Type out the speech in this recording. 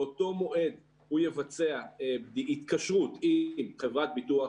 באותו מועד הוא יבצע התקשרות עם חברת ביטוח,